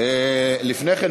לפני כן,